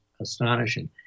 astonishing